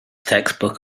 textbook